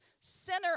center